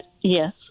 Yes